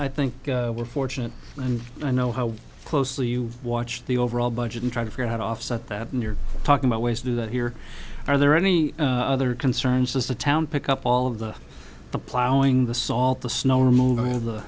i think we're fortunate and i know how closely you watch the overall budget and try to figure out how to offset that and you're talking about ways to do that here are there any other concerns as the town pick up all of the plowing the salt the snow remov